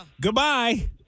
goodbye